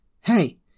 hey